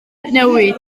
newid